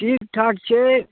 ठीकठाक छै